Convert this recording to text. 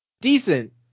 decent